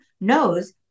knows